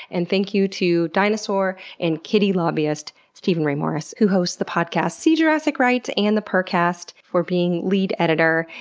and thank you to dinosaur and kitty lobbyist, steven ray morris, who hosts the podcasts see jurassic right and the purrrcast, for being lead editor.